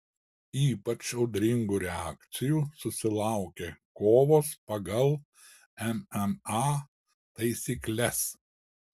ypač audringų reakcijų susilaukė kovos pagal mma taisykles